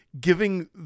giving